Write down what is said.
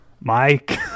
Mike